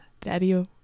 Daddy